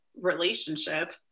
relationship